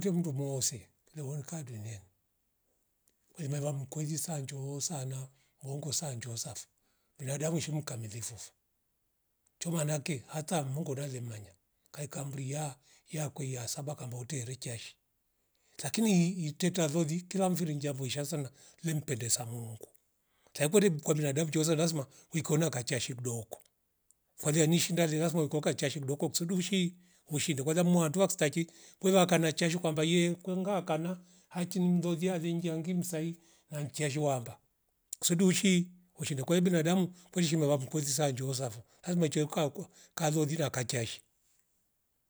Kure mndu moose fiile wonka ndene kwai veiva mkoli saa njo sana mwongo saa njosafo binadamu shi mkamilifu fo, chomanake hata mungu nale mmanya kaeka mria yakiwa ya saba kambotere chashi lakini iteta loli kila mfiri njia foizsha sana le mpendea mungu saikwere kwa binadamu njooza lazima uwikona kachia shimvudoko falia ni shinda le lazima ikoka cha shi kdoko kusudi vushi ushinde kwaza muwa staki kwevaka na shaju kwamba kwenga kana achi ni mlolia aliengia ngim sahi na njesche wamba kusudi ushi- ushinde kwa hio binadamu weshimume vamkosa saa njoo safo lazima chiwe kwakwa kaloli na kashashi